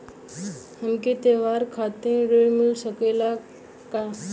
हमके त्योहार खातिर त्रण मिल सकला कि ना?